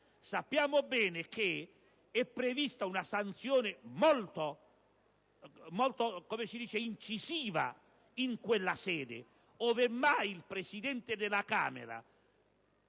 Sappiamo bene che è prevista una sanzione molto incisiva in quella sede: ove mai il Presidente della Camera